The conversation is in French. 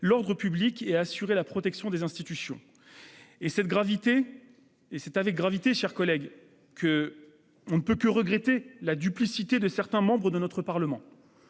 l'ordre public et à assurer la protection des institutions ». Je le dis avec gravité, mes chers collègues, on ne peut que regretter la duplicité de certains membres de notre Parlement.